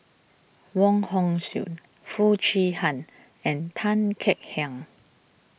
Wong Hong Suen Foo Chee Han and Tan Kek Hiang